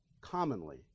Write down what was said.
commonly